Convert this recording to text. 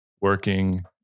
working